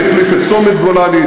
שהחליף את צומת-גולני,